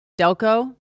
delco